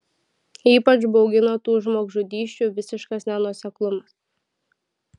ypač baugino tų žmogžudysčių visiškas nenuoseklumas